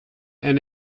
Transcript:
and